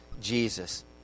Jesus